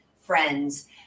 friends